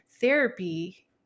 therapy